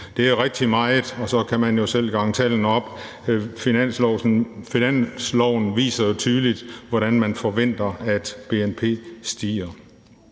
Det er rigtig meget, og så kan man selv gange tallene op. Finansloven viser jo tydeligt, hvordan man forventer bnp stiger.